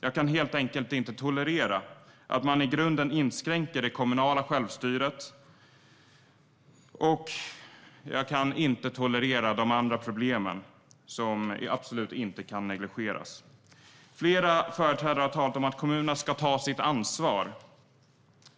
Jag kan helt enkelt inte tolerera att man i grunden inskränker det kommunala självstyret, och jag kan inte tolerera de andra problemen som absolut inte kan negligeras. Flera företrädare har talat om att kommunerna ska ta ansvar.